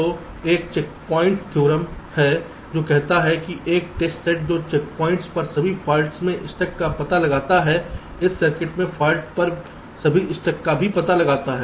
तो एक checkpoint theorem है जो कहता है कि एक टेस्ट सेट जो चेकप्वाइंट पर सभी फॉल्ट्स में स्टक का पता लगाता है इस सर्किट में फॉल्ट्स पर सभी स्टक का भी पता लगाता है